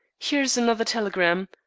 here's another telegram,